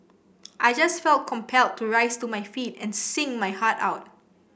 I just felt compelled to rise to my feet and sing my heart out